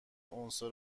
عنصر